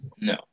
No